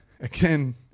again